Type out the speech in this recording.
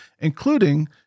including